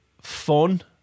fun